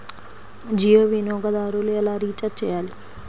జియో వినియోగదారులు ఎలా రీఛార్జ్ చేయాలి?